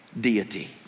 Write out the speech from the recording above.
deity